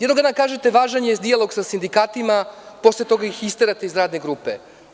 Jedan dan kažete – važan je dijalog sa sindikatima, posle toga ih isterate iz radne grupe.